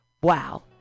wow